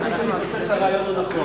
אף-על-פי שאני חושב שהרעיון הוא נכון.